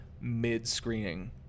mid-screening